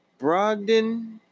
Brogdon